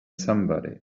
somebody